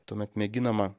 tuomet mėginama